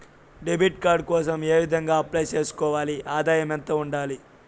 Debit card కోసం ఏ విధంగా అప్లై సేసుకోవాలి? ఆదాయం ఎంత ఉండాలి?